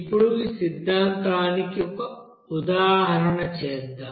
ఇప్పుడు ఈ సిద్ధాంతానికి ఒక ఉదాహరణ చేద్దాం